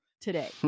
Today